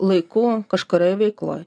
laiku kažkurioj veikloj